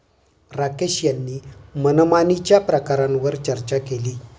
राकेश यांनी मनमानीच्या प्रकारांवर चर्चा केली